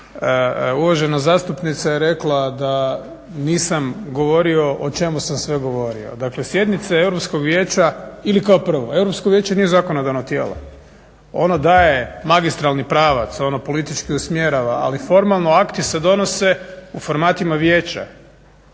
uvažena zastupnica je rekla da nisam govorio o čemu sam sve govorio. Dakle sjednice Europskog vijeća ili kao prvo Europsko vijeće nije zakonodavno tijelo, ono daje magistralni pravac, ono politički usmjerava ali formalno akti se donose u formatima Vijeća.